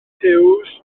huws